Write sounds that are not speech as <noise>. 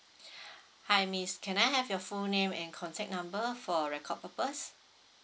<breath> hi miss can I have your full name and contact number for record purpose